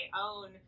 own